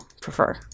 prefer